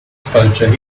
sculpture